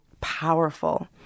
powerful